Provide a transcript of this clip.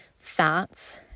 fats